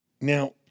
Now